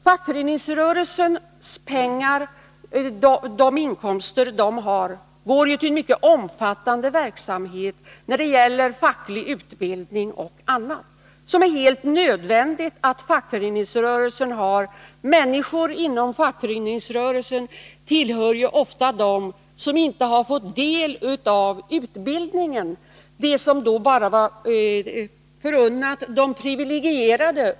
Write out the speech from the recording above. Fackföreningsrörelsens inkomster går till en mycket omfattande verksamhet när det gäller facklig utbildning och annat som är helt nödvändigt. Människorna inom fackföreningsrörelsen tillhör ofta dem som inte har fått del av samhällets utbildning, som i det moderata idealsamhället bara var förunnat de privilegierade.